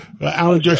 Alan